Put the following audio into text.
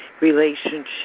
relationship